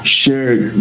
shared